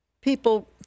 people